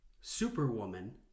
Superwoman